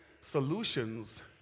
solutions